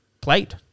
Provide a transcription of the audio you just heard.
played